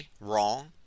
wrong